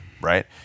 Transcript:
right